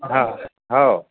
हो हो